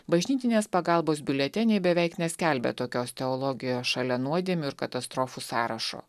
bažnytinės pagalbos biuleteniai beveik neskelbia tokios teologijos šalia nuodėmių ir katastrofų sąrašo